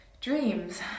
Dreams